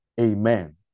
Amen